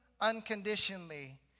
unconditionally